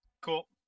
Cool